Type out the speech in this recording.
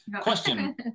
Question